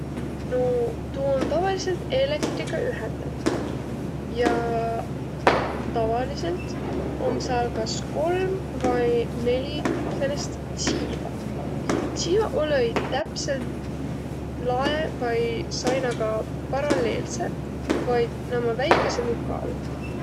No tuu om tavalidsõlt eelektriga ühendet ja tavalidsõlt om sääl kas kolm vai neli säänest tsiiba. Tsiivaq olõ-õi täpselt lae vai sainaga paralleelseq, vaid ommaq väikese nuka all.